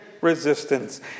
resistance